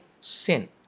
sin